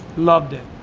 loved it.